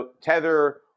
Tether